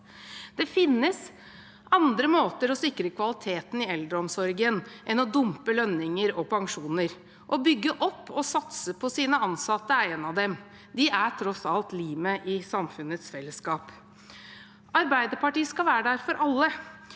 Det finnes andre måter å sikre kvaliteten i eldreomsorgen på enn å dumpe lønninger og pensjoner. Å bygge opp og satse på sine ansatte er en av dem. De er tross alt limet i samfunnets fellesskap. Arbeiderpartiet skal være der for alle.